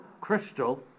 crystal